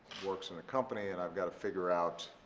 works in a company, and i've got to figure out